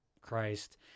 Christ